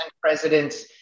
presidents